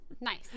nice